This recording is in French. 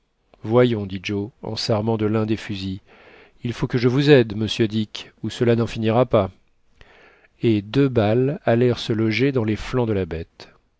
voyons dit joe en s'armant de l'un des fusils il faut que je vous aide monsieur dick ou cela n'en finira pas et deux balles allèrent se loger dans les flancs de la bête